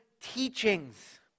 teachings